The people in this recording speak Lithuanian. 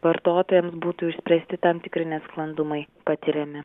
vartotojams būtų išspręsti tam tikri nesklandumai patiriami